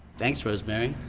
thanks rosemary.